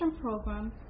program